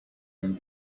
man